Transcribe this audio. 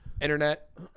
internet